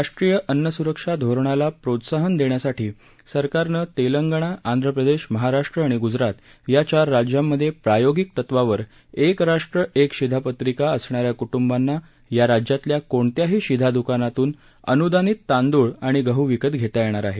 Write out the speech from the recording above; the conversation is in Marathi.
राष्ट्रीय अन्नस्रक्षा धोरणाला प्रोत्साहन देण्यासाठी सरकारनं तेलंगणा आंध्र प्रदेश महाराष्ट्र आणि ग्जरात या चार राज्यांमधे प्रायोगिक तत्वावर एक राष्ट्र एक शिधापत्रिका असणा या क्ट्बांना या राज्यांतल्या कोणत्याही शिधा द्कानातून अन्दानित तांदूळ आणि गह् विकत घेता येणार आहे